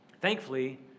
thankfully